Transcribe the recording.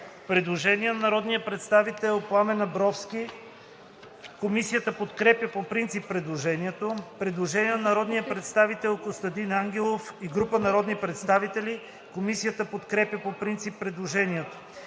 Предложение на народния представител Пламен Абровски. Комисията подкрепя по принцип предложението. Предложение на народния представител Костадин Ангелов и група народни представители. Комисията подкрепя по принцип предложението.